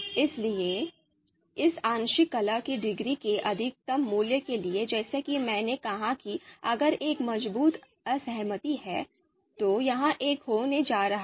इसलिए इस आंशिक कलह की डिग्री के अधिकतम मूल्य के लिए जैसा कि मैंने कहा कि अगर एक मजबूत असहमति है तो यह एक होने जा रहा है